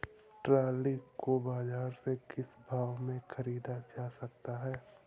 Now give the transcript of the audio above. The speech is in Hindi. ट्रॉली को बाजार से किस भाव में ख़रीदा जा सकता है?